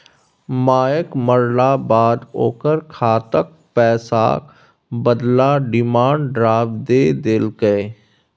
मायक मरलाक बाद ओकर खातक पैसाक बदला डिमांड ड्राफट दए देलकै